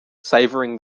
savouring